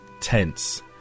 tense